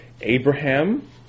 Abraham